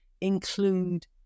include